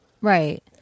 Right